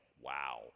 wow